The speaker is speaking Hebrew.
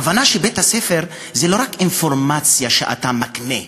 הכוונה, שבית-הספר זה לא רק שאתה מקנה אינפורמציה.